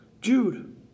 Jude